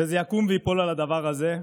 וזה יקום וייפול על הדבר הזה.